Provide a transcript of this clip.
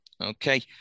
Okay